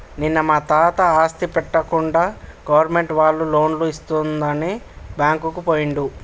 నిన్న మా తాత ఆస్తి పెట్టకుండా గవర్నమెంట్ వాళ్ళు లోన్లు ఇస్తుందని బ్యాంకుకు పోయిండు